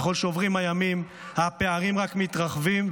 ככל שעוברים הימים הפערים רק מתרחבים,